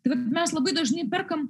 tai vat mes labai dažnai perkam